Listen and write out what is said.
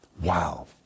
Wow